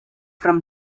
from